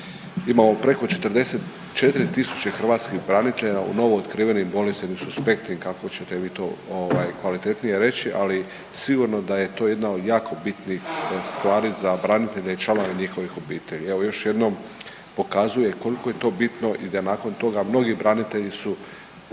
imamo preko 44 tisuće hrvatskih branitelja u novootkrivenim bolnici, odnosno suspektni, kako ćete vi to ovaj, kvalitetnije reći, ali sigurno da je to jedna od jako bitnih stvari za branitelje i članove njihovih obitelji. Evo još jednom pokazuje koliko je to bitno i da nakon toga mnogi branitelji su